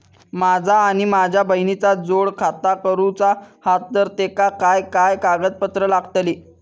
माझा आणि माझ्या बहिणीचा जोड खाता करूचा हा तर तेका काय काय कागदपत्र लागतली?